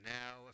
now